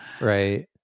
Right